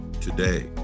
today